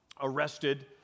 arrested